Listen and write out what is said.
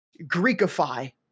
Greekify